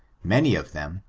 many of them,